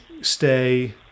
stay